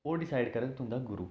ओह् डिसाइड करग तुंदा गुरु